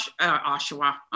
Oshawa